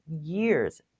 years